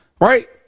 right